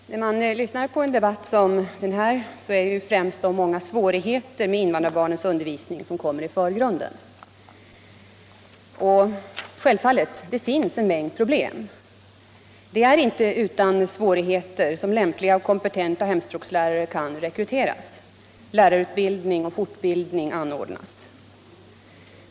Herr talman! När man lyssnar på en debatt som den här är det främst de många svårigheterna med invandrarbarnens undervisning som kommer i förgrunden. Och självfallet finns det en mängd problem. Det är inte utan svårigheter som lämpliga och kompetenta hemspråkslärare kan rekryteras, lärarundervisning och fortbildning anordnas.